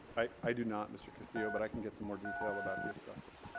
i do not mr. castillo but i can get some more detail about the asbestos.